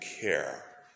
care